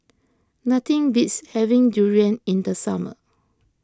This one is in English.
nothing beats having durian in the summer